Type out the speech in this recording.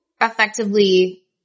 effectively